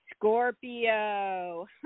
Scorpio